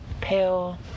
pale